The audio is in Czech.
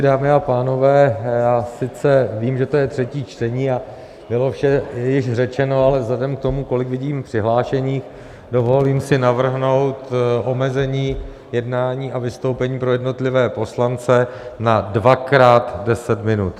Dámy a pánové, sice vím, že to je třetí čtení a bylo vše již řečeno, ale vzhledem k tomu, kolik vidím přihlášených, dovolím si navrhnout omezení jednání a vystoupení pro jednotlivé poslance na dvakrát 10 minut.